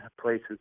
places